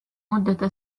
مدة